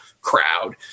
crowd